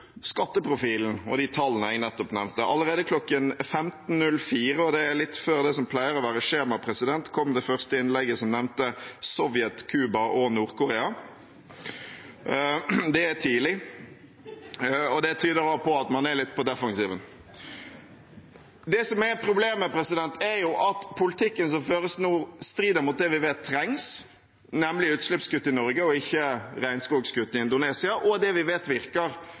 skatteprofilen og tallene jeg nettopp nevnte. Allerede kl. 15.04 – og det er litt før det som pleier å være skjema – kom det første innlegget som nevnte Sovjet, Cuba og Nord-Korea. Det er tidlig, og det tyder på at man er litt på defensiven. Det som er problemet, er at politikken som føres nå, strider mot det vi vet trengs, nemlig utslippskutt i Norge og ikke regnskogkutt i Indonesia, og det vi vet virker,